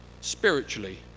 spiritually